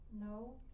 no